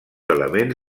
elements